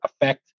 affect